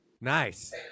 Nice